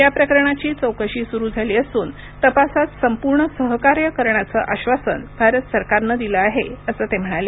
या प्रकरणाची चौकशी सुरू झाली असून तपासात संपूर्ण सहकार्य करण्याचं आश्वासन भारत सरकारनं दिलं आहे असं ते म्हणाले